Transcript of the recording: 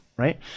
right